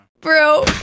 Bro